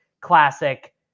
classic